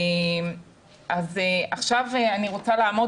אני רוצה לעמוד